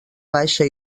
baixa